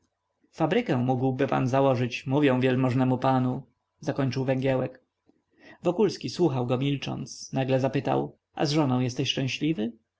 fabrykę mógłbym założyć mówię wielmożnemu panu zakończył węgiełek wokulski słuchał go milcząc nagle zapytał a z żoną jesteś szczęśliwy